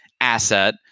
asset